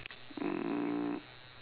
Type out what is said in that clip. mm